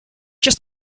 just